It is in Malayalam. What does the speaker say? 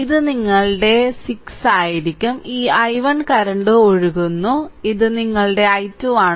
ഇത് നിങ്ങളുടെ 6 ആയിരിക്കും ഈ i1 കറന്റ് ഒഴുകുന്നു ഇത് നിങ്ങളുടെ i2 ആണ്